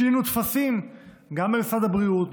שינינו טפסים גם במשרד הבריאות,